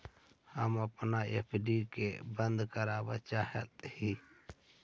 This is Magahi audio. हम अपन एफ.डी के बंद करावल चाह ही